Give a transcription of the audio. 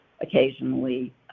occasionally